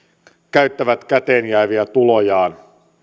käyttävät käteen jääviä tulojaan